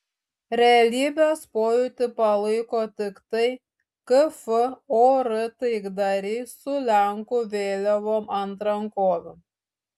realybės pojūtį palaiko tiktai kfor taikdariai su lenkų vėliavom ant rankovių